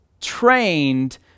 trained